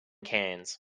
cannes